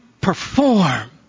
perform